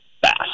fast